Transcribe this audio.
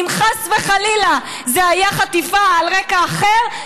אם חס וחלילה זו הייתה חטיפה על רקע אחר,